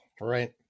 right